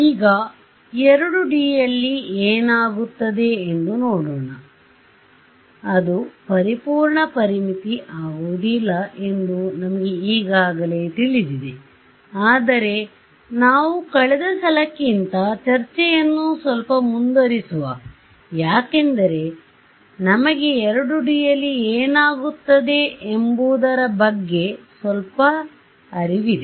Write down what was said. ಈಗ 2D ಯಲ್ಲಿ ಏನಾಗುತ್ತದೆ ಎಂದು ನೋಡೋಣಅದು ಪರಿಪೂರ್ಣ ಪರಿಮಿತಿ ಆಗುವುದಿಲ್ಲಎಂದು ನಮಗೆ ಈಗಾಗಲೇ ತಿಳಿದಿದೆ ಆದರೆ ನಾವು ಕಳೆದ ಸಲಕ್ಕಿಂತ ಚರ್ಚೆಯನ್ನು ಸ್ವಲ್ಪ ಮುಂದುವರಿಸುವ ಯಾಕೆಂದರೆ ನಿಮಗೆ 2D ಯಲ್ಲಿ ಏನಾಗುತ್ತದೆ ಎಂದರ ಬಗ್ಗೆ ನಿಮಗೆ ಸ್ವಲ್ಪ ಹಿಡಿತವಿದೆ